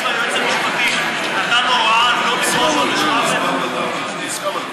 האם היועץ המשפטי נתן הוראה לא לדרוש עונש מוות?